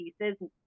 pieces